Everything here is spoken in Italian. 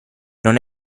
non